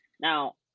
Now